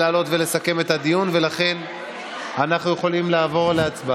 כי מה שנוגע למאבק בקורונה ולסיוע לעסקים ולשכירים במשק לעבור את המשבר